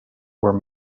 were